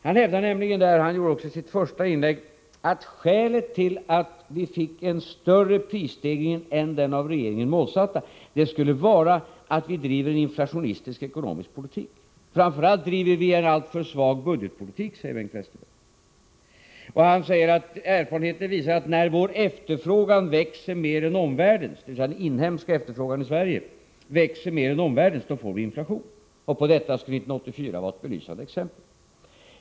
Han hävdar nämligen — och det gjorde han också i sitt första inlägg — att skälet till att vi fick en större prisstegring än den av regeringen målsatta skulle vara att vi driver en inflationistisk ekonomisk politik. Framför allt driver vi en alltför svag budgetpolitik, säger Bengt Westerberg. Alla erfarenheter visar, menar han, att när den inhemska efterfrågan i Sverige växer mer än omvärldens får vi inflation, och på detta skulle 1984 vara ett belysande exempel.